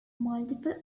multiple